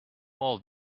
all